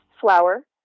flour